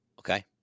okay